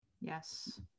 Yes